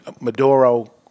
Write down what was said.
Maduro